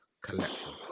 collection